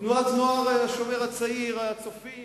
תנועת נוער "השומר הצעיר", "הצופים"